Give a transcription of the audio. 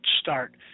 start